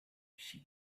she